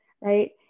right